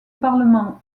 parlement